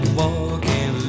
walking